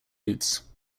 routes